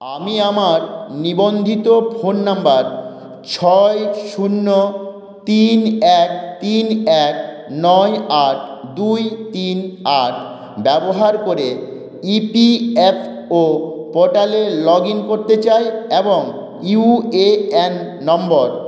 আমি আমার নিবন্ধিত ফোন নাম্বার ছয় শূন্য তিন এক তিন এক নয় আট দুই তিন আট ব্যবহার করে ই পি এফ ও পোর্টালে লগ ইন করতে চাই এবং ইউ এ এন নম্বর